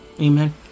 Amen